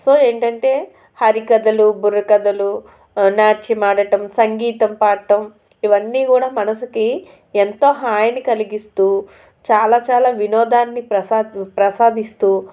so ఏంటంటే హరి కథలు బుర్ర కథలు నాట్యమాడటం సంగీతం పాడటం ఇవన్నీ కూడా మనసుకి ఎంతో హాయిని కలిగిస్తూ చాలా చాలా వినోదాన్ని ప్రసా ప్రసాదిస్తూ